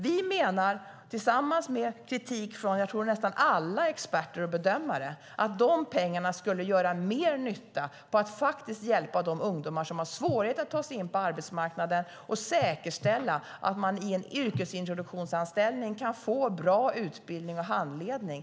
Vi menar, tillsammans med nästan alla experter och bedömare - tror jag att det är - att pengarna skulle göra mer nytta om de lades på att hjälpa de ungdomar som har svårigheter att ta sig in på arbetsmarknaden och på att säkerställa att de i en yrkesintroduktionsanställning får bra utbildning och handledning.